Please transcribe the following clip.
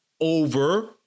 over